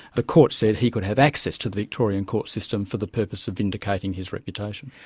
the court said he could have access to the victorian court system for the purpose of vindicating his reputation.